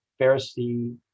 pharisee